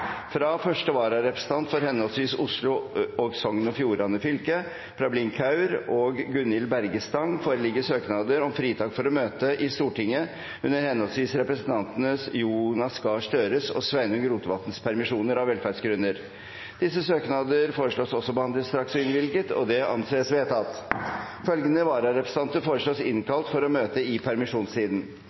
Fra første vararepresentanter for henholdsvis Oslo og Sogn og Fjordane fylke, Prableen Kaur og Gunhild Berge Stang , foreligger søknader om fritak for å møte i Stortinget under henholdsvis representantene Jonas Gahr Støres og Sveinung Rotevatns permisjoner, av velferdsgrunner. Disse søknadene foreslås behandlet straks og innvilget. – Det anses vedtatt. Følgende vararepresentanter foreslås innkalt for å møte i permisjonstiden: